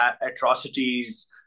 atrocities